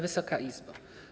Wysoka Izbo!